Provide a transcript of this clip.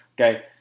Okay